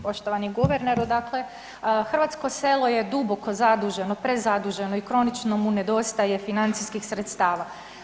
Poštovani guverneru, dakle hrvatsko selo je duboko zaduženo, prezaduženo i kronično mu nedostaje financijskih sredstava.